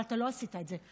אבל אתה לא עשית את זה.